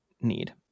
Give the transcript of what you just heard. need